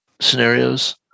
scenarios